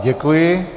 Děkuji.